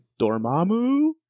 Dormammu